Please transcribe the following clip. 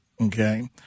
Okay